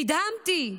נדהמתי.